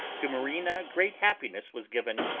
to marina great happiness was given,